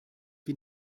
wie